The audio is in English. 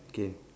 K